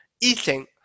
eating